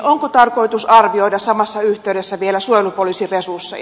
onko tarkoitus arvioida samassa yhteydessä vielä suojelupoliisin resursseja